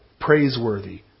praiseworthy